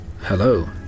Hello